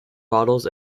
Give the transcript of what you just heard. bottles